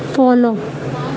follow